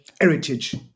heritage